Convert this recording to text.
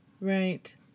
Right